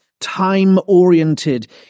time-oriented